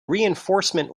reinforcement